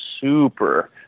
super